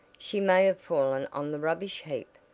she may have fallen on the rubbish heap,